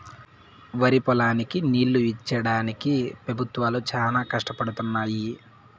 వరిపొలాలకి నీళ్ళు ఇచ్చేడానికి పెబుత్వాలు చానా కష్టపడుతున్నయ్యి